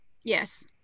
yes